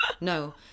No